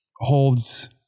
holds